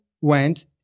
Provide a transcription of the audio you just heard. went